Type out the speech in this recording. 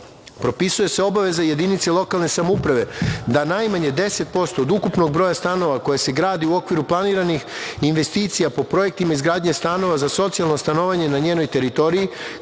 propisuje se obaveza jedinice lokalne samouprave da najmanje 10% od ukupnog broja stanova koji se grade u okviru planiranih investicija po projektima izgradnje stanova za socijalno stanovanje na njenoj teritoriji,